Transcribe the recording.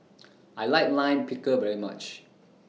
I like Lime Pickle very much